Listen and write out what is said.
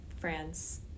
France